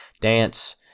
dance